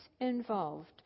involved